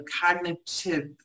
cognitive